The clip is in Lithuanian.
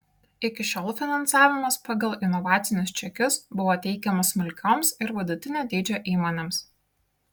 iki šiol finansavimas pagal inovacinius čekius buvo teikiamas smulkioms ir vidutinio dydžio įmonėms